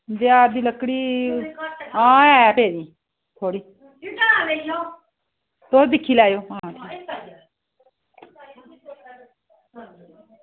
देआर दी लकड़ीा आं ऐ पेदी थोह्ड़ी तुस दिक्खी लैयो